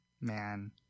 man